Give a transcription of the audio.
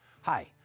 Hi